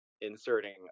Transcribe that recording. inserting